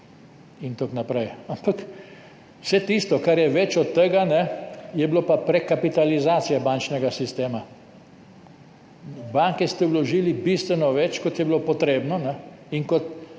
in tako naprej. Ampak vse tisto, kar je več od tega, pa je bila prekapitalizacija bančnega sistema. V banke ste vložili bistveno več, kot je bilo potrebno, ne